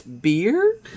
beer